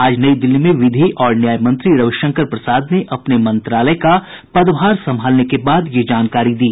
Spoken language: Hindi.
आज नई दिल्ली में विधि और न्यायमंत्री रविशंकर प्रसाद ने अपने मंत्रालय का पदभार संभालने के बाद ये जानकारी दी